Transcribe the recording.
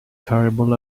terribly